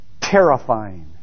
terrifying